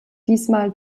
diesmal